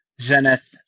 Zenith